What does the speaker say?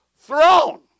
Throne